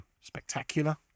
spectacular